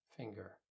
Finger